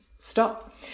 stop